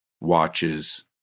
watches